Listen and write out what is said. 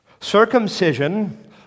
circumcision